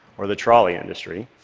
or the trolley industry